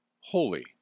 holy